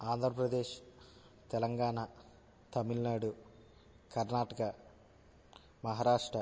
Andhra Pradesh Telangana Tamil Nadu Karnataka Maharashtra